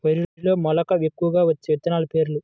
వరిలో మెలక ఎక్కువగా వచ్చే విత్తనాలు పేర్లు?